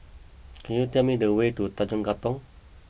can you tell me the way to Tanjong Katong